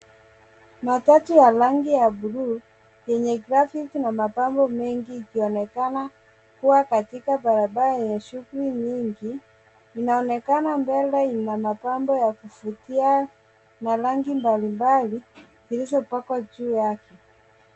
Mabati ya rangi ya blue yenye graffiti na mapambo mengi ikionekana kuwa katika barabara yenye shughuli nyingi. Inaonekana mbele ina mapambo ya kuvutia na rangi mbalimbali zilizopakwa juu yake.